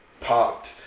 popped